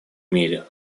мире